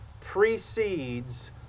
precedes